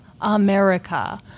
America